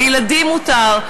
לילדים מותר,